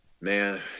man